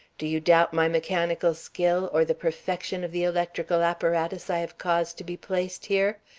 do you doubt my mechanical skill or the perfection of the electrical apparatus i have caused to be placed here?